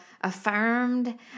affirmed